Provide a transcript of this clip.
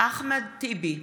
אחמד טיבי